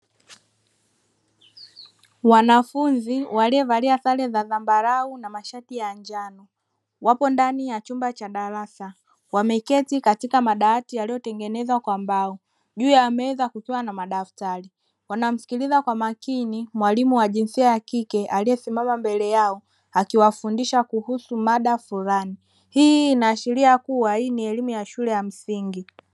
Wanafunzi waliovalia sare za dhambarau na mashati ya njano, wapo ndani ya chumba cha darasa wameketi katika madawati yaliyotengenezwa kwa mbao, juu ya meza kukiwa na madaftari, wanamsikiliza kwa makini mwalimu wa jinsia ya kike aliyesimama mbele yao akiwafundisha kuhusu mada fulani hii inaashiria kuwa hii ni elimu ya shule ya msingi.